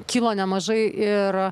kilo nemažai ir